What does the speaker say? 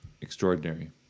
extraordinary